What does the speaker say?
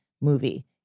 movie